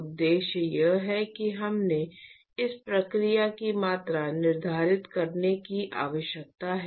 उद्देश्य यह है कि हमें इस प्रक्रिया की मात्रा निर्धारित करने की आवश्यकता है